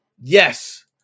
Yes